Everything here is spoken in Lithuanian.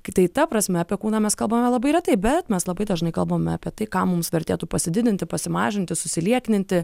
kitai ta prasme apie kūną mes kalbame labai retai bet mes labai dažnai kalbame apie tai ką mums vertėtų pasididinti pasimažinti susiliekninti